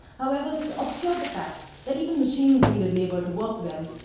however, this obscured the fact that even machines needed labor to work them